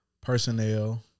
personnel